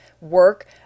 work